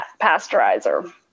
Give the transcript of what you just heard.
pasteurizer